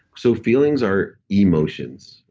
so feelings are emotions,